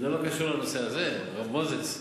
זה לא קשור לנושא הזה, חבר הכנסת מוזס.